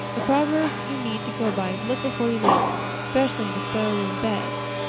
the proverb you need to go by is look before you leap' especially into spare-room beds.